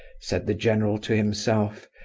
said the general to himself,